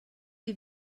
you